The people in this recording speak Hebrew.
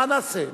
מה נעשה?